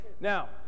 Now